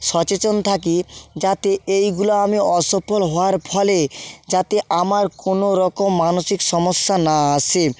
সচেতন থাকি যাতে এইগুলো আমি অসফল হওয়ার ফলে যাতে আমার কোনো রকম মানসিক সমস্যা না আসে